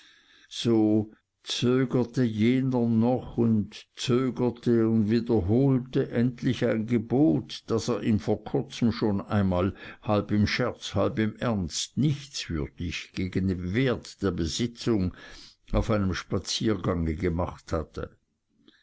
so zögerte jener noch und zögerte und wiederholte endlich ein gebot das er ihm vor kurzem schon einmal halb im scherz halb im ernst nichtswürdig gegen den wert der besitzung auf einem spaziergange gemacht hatte